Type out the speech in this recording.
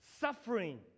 suffering